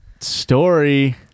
Story